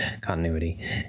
continuity